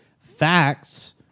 facts